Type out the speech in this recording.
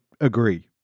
agree